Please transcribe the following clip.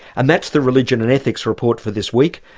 and that's the religion and ethics report for this week.